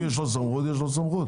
אם יש לו סמכות יש לו סמכות.